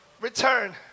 return